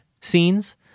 scenes